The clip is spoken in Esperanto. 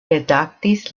redaktis